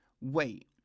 wait